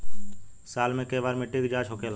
साल मे केए बार मिट्टी के जाँच होखेला?